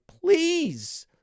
please